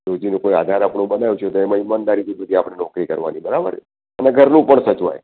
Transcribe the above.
રોજીનો કોઈ આધાર આપણો બનાવ્યો છે તો એમાં ઈમાનદારીથી પછી આપણે નોકરી કરવાની બરાબર છે અને ઘરનું પણ સચવાય